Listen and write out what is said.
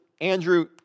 Andrew